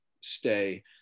stay